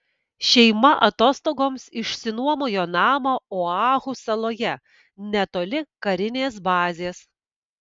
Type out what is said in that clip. šeima atostogoms išsinuomojo namą oahu saloje netoli karinės bazės